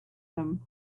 them